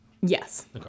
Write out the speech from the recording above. Yes